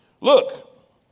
Look